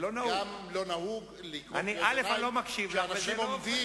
לא נהוג לקרוא קריאות ביניים כשאנשים עומדים,